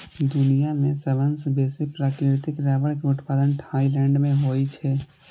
दुनिया मे सबसं बेसी प्राकृतिक रबड़ के उत्पादन थाईलैंड मे होइ छै